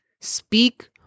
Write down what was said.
speak